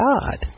God